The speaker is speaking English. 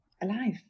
alive